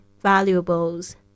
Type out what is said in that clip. Valuables